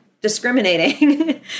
discriminating